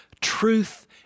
truth